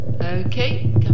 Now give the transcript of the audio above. okay